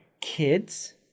kids